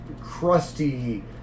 crusty